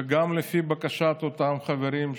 וגם לפי בקשת אותם חברים,